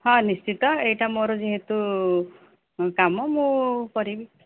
ହଁ ନିଶ୍ଚିତ ଏଇଟା ମୋର ଯେହେତୁ କାମ ମୁଁ କରିବି